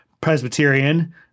Presbyterian